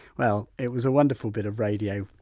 well, it was a wonderful bit of radio.